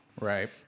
Right